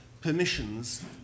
permissions